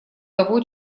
того